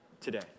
today